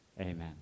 amen